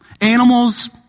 animals